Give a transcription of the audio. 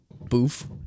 boof